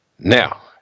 now